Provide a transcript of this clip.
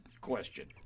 question